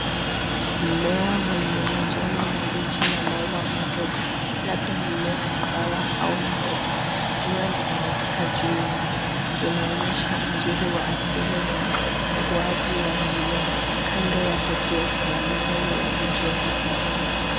Mmea wenye majani mabichi na maua madogo, labda mmea wa dawa au mboga. Jua linawaka juu yake, inaonyesha uzuri wa asili na ukuaji wa mimea kando yake pia kuna mawe ya ujenzi.